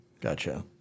Gotcha